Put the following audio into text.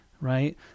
right